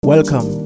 Welcome